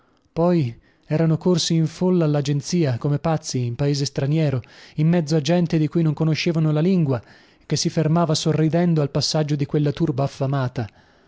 poi erano corsi in folla allagenzia come pazzi in paese straniero in mezzo a gente di cui non conoscevano la lingua e che si fermava sorridendo al passaggio di quella turba affamata